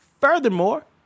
Furthermore